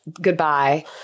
Goodbye